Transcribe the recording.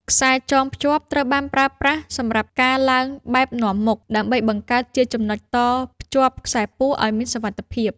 ខ្សែចងភ្ជាប់ ត្រូវបានប្រើប្រាស់សម្រាប់ការឡើងបែបនាំមុខ ដើម្បីបង្កើតជាចំណុចតភ្ជាប់ខ្សែពួរឱ្យមានសុវត្ថិភាព។